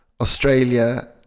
Australia